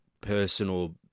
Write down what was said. personal